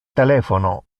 telephono